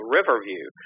Riverview